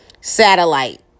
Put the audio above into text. satellite